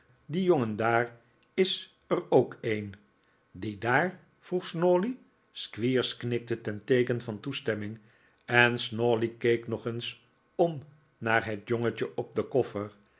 die jongen daar is er ook een die daar vroeg snawley squeers knikte ten teeken van toestemming en snawley keek nog eens om naar het jongetje op den koffer